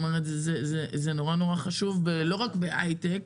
זה מאוד חשוב לא רק בהיי-טק,